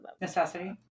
necessity